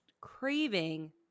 craving